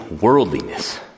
worldliness